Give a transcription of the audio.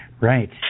Right